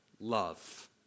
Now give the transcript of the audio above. love